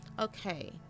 Okay